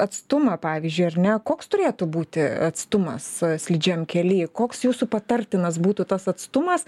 atstumą pavyzdžiui ar ne koks turėtų būti atstumas slidžiam kely koks jūsų patartinas būtų tas atstumas